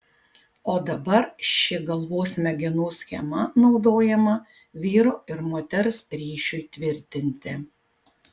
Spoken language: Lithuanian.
o dabar ši galvos smegenų schema naudojama vyro ir moters ryšiui tvirtinti